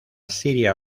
siria